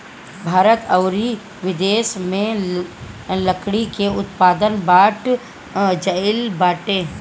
भारत अउरी बिदेस में लकड़ी के उत्पादन बढ़ गइल बाटे